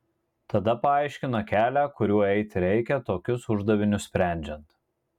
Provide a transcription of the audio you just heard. tada paaiškina kelią kuriuo eiti reikia tokius uždavinius sprendžiant